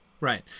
right